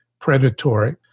predatory